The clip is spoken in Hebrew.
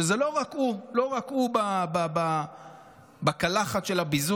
שזה לא רק הוא; לא רק הוא בקלחת של הביזוי,